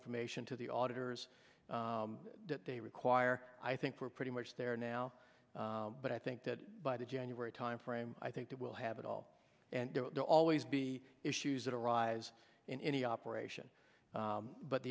information to the auditor's that they require i think we're pretty much there now but i think that by the january timeframe i think they will have it all and there will always be issues that arise in any operation